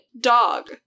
Dog